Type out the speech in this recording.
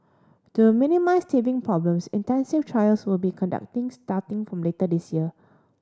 to minimise teething problems intensive trials will be conducting starting from later this year